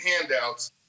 handouts